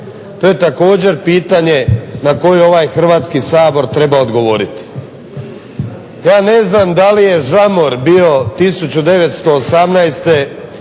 To je također pitanje na koje ovaj Hrvatski sabor treba odgovoriti. Ja ne znam da li je žamor bio 1918